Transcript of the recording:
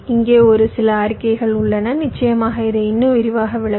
இங்கே ஒரு சில அறிக்கைகள் உள்ளன நிச்சயமாக இதை இன்னும் விரிவாக விளக்கும்